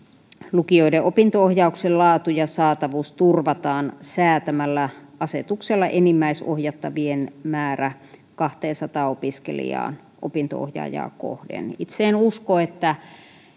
lukioiden opinto ohjauksen laatu ja saatavuus turvataan säätämällä asetuksella enimmäisohjattavien määrä kahteensataan opiskelijaan opinto ohjaajaa kohden itse en usko että